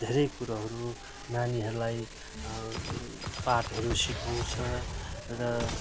धेरै कुरोहरू नानीहरूलाई पाठहरू सिकाउँछ र